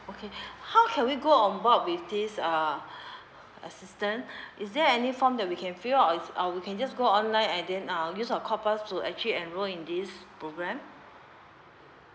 okay how can we go on board with this uh assistant is there any form that we can ffill up or we can just go online and then uh use our corp pass to actually enrolled in this program